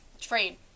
trade